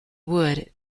wood